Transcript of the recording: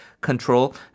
control